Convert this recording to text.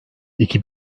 iki